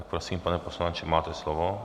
Prosím, pane poslanče, máte slovo.